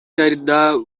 heard